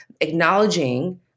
acknowledging